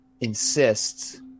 insists